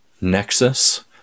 Nexus